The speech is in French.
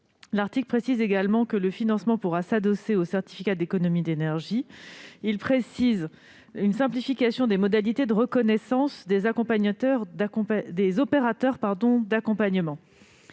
Il tend à préciser que le financement pourra s'adosser aux certificats d'économies d'énergie et à prévoir une simplification des modalités de reconnaissance des opérateurs d'accompagnement.